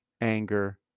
anger